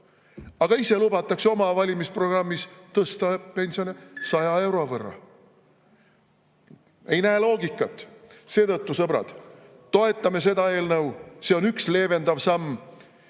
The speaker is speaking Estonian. Aga ise lubatakse oma valimisprogrammis tõsta pensione 100 euro võrra. Ei näe loogikat. Seetõttu, sõbrad, toetame seda eelnõu, see on üks leevendav samm.